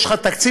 יש לך תקציב,